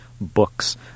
books